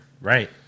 Right